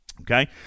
Okay